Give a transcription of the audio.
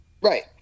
Right